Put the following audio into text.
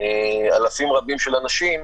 אלפים רבים של אנשים,